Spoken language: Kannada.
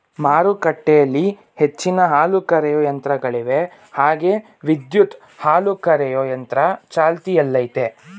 ಮಾರುಕಟ್ಟೆಲಿ ಹೆಚ್ಚಿನ ಹಾಲುಕರೆಯೋ ಯಂತ್ರಗಳಿವೆ ಹಾಗೆ ವಿದ್ಯುತ್ ಹಾಲುಕರೆಯೊ ಯಂತ್ರ ಚಾಲ್ತಿಯಲ್ಲಯ್ತೆ